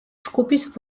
ჯგუფის